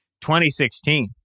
2016